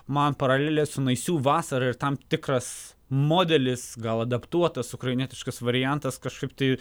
man paralelė su naisių vasara ir tam tikras modelis gal adaptuotas ukrainietiškas variantas kažkaip tai